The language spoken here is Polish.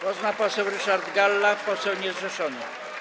Głos ma poseł Ryszard Galla, poseł niezrzeszony.